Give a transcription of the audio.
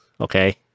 okay